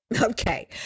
Okay